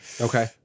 okay